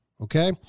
okay